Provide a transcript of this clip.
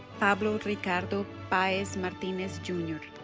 pablo ricardo paez-martinez jr.